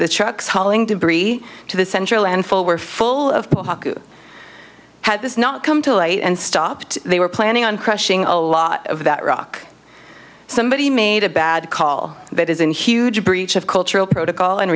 the trucks hauling debris to the central and full were full of people had this not come to light and stopped they were planning on crushing a lot of that rock somebody made a bad call that isn't a huge breach of cultural protocol and